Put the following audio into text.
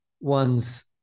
one's